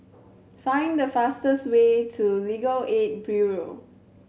find the fastest way to Legal Aid Bureau